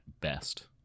best